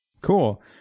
Cool